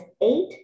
eight